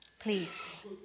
please